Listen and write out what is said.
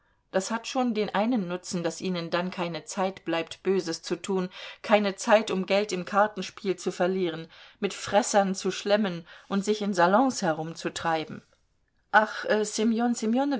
das hat schon den einen nutzen daß ihnen dann keine zeit bleibt böses zu tun keine zeit um geld im kartenspiel zu verlieren mit fressern zu schlemmen und sich in salons herumzutreiben ach